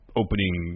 opening